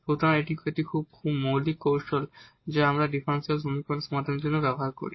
সুতরাং এটি একটি খুব মৌলিক কৌশল যা আমরা ডিফারেনশিয়াল সমীকরণ সমাধানের জন্য ব্যবহার করি